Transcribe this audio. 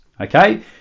okay